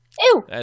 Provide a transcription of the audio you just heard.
Ew